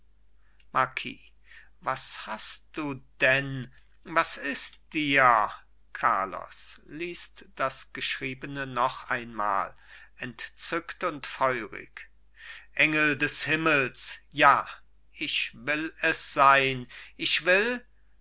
marquis was hast du denn was ist dir carlos liest das geschriebene noch einmal entzückt und feurig engel des himmels ja ich will es sein ich will